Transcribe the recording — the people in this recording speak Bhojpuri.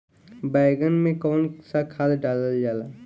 बैंगन में कवन सा खाद डालल जाला?